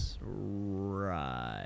Right